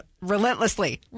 relentlessly